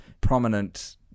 prominent